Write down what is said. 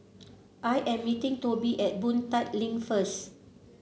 I am meeting Tobi at Boon Tat Link first